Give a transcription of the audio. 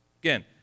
Again